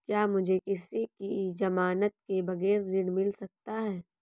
क्या मुझे किसी की ज़मानत के बगैर ऋण मिल सकता है?